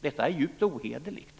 Detta är djupt ohederligt.